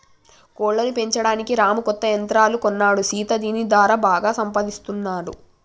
కోళ్లను పెంచడానికి రాము కొత్త యంత్రాలు కొన్నాడు సీత దీని దారా బాగా సంపాదిస్తున్నాడు